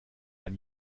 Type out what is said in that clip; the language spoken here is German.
ein